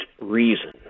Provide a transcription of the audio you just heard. reason